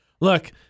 Look